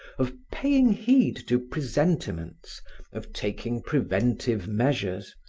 of paying heed to presentiments, of taking preventive measures.